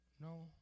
No